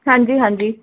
ਹਾਂਜੀ ਹਾਂਜੀ